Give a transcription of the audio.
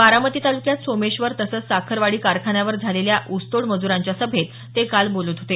बारामती तालुक्यात सोमेश्वर तसंच साखरवाडी कारखान्यावर झालेल्या ऊसतोड मज़्रांच्या सभेत ते बोलत होते